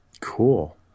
Cool